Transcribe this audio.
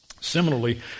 Similarly